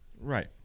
Right